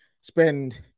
spend